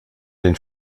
den